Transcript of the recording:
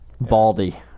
Baldy